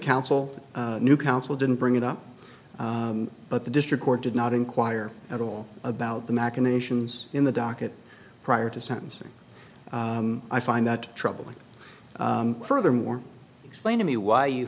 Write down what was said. counsel new counsel didn't bring it up but the district court did not inquire at all about the machinations in the docket prior to sentencing i find that troubling furthermore explain to me why you